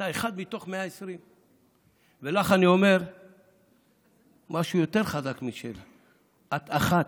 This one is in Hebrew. אתה אחד מתוך 120. ולך אני אומר משהו יותר חזק משלי: את אחת,